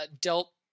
Dealt